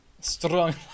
Strong